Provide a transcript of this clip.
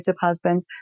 husband